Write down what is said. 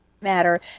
matter